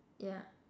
yeah